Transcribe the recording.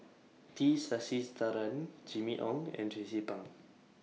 T Sasitharan Jimmy Ong and Tracie Pang